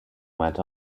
went